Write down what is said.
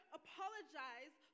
apologize